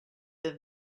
been